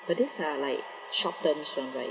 but these are like short terms [one] right